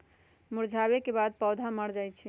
मुरझावे के बाद पौधा मर जाई छई